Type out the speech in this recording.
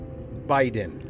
Biden